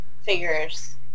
figures